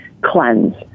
cleanse